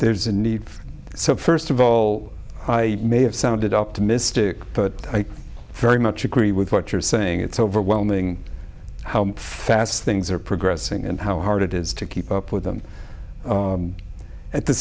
there's a need so first of all i may have sounded optimistic but i very much agree with what you're saying it's overwhelming how fast things are progressing and how hard it is to keep up with them at the